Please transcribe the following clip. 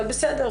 אבל בסדר,